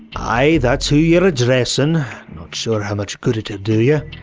aye, that's who you're addressin' not sure how much good it'll do you.